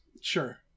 Sure